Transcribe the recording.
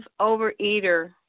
overeater